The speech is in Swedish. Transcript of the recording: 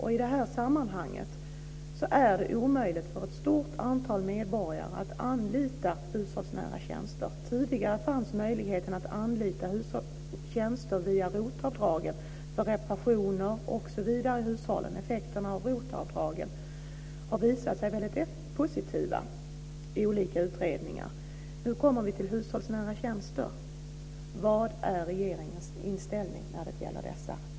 I det här sammanhanget är det omöjligt för ett stort antal medborgare att anlita hushållsnära tjänster. Tidigare fanns möjligheten att via rotavdragen anlita tjänster för reparationer osv. i hushållen. Effekterna av rotavdragen har i olika utredningar visat sig vara väldigt positiva. Nu kommer vi till hushållsnära tjänster. Vad är regeringens inställning när det gäller dessa?